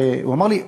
הוא אמר לי: